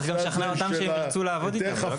צריך גם לשכנע אותם שהם ירצו לעבוד איתנו.